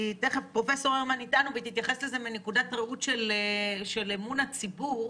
פרופ' הרמן איתנו והיא תתייחס לזה מנקודת ראות של אמון הציבור.